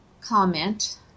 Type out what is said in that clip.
comment